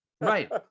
right